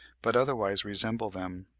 but otherwise resemble them.